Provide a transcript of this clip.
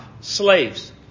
Slaves